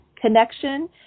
connection